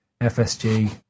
FSG